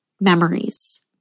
memories